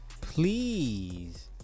please